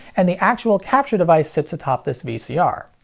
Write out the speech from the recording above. and the actual capture device sits atop this vcr.